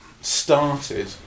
started